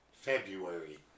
February